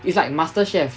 it's like masterchef